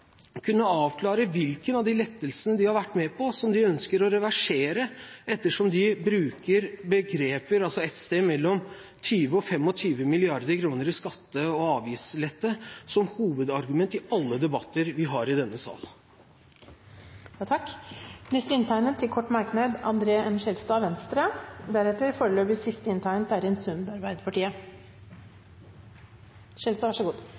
kunne avklare hvilken av de lettelsene de har vært med på, som de ønsker de å reversere, ettersom de bruker et sted mellom 20 og 25 mrd. kr i skatte- og avgiftslette som hovedargument i alle debatter vi har i denne salen. André N. Skjelstad har hatt ordet to ganger tidligere og får ordet til en kort merknad,